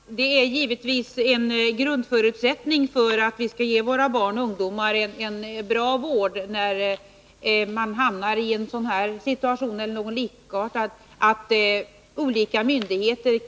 Herr talman! Att olika myndigheter kan ha ett förtroendefullt samarbete är givetvis en förutsättning för att vi skall kunna ge våra barn och ungdomar en bra vård, när de hamnar i en sådan här situation eller liknande situationer.